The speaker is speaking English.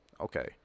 Okay